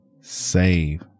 Save